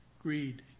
greed